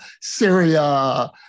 Syria